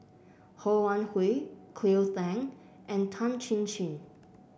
Ho Wan Hui Cleo Thang and Tan Chin Chin